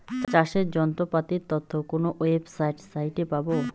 চাষের যন্ত্রপাতির তথ্য কোন ওয়েবসাইট সাইটে পাব?